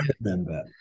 remember